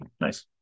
nice